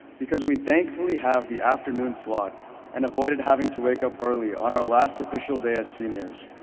because we thankfully have the afternoon slot and avoided having to wake up early on our last official day as seniors.